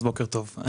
בוקר טוב,